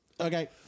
Okay